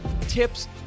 tips